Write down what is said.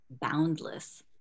boundless